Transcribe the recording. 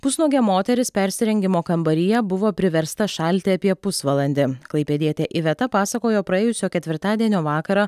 pusnuogė moteris persirengimo kambaryje buvo priversta šalti apie pusvalandį klaipėdietė iveta pasakojo praėjusio ketvirtadienio vakarą